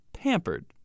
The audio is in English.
pampered